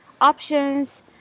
options